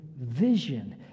vision